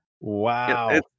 Wow